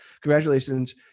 Congratulations